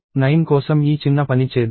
9 కోసం ఈ చిన్న పని చేద్దాం